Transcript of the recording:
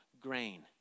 grain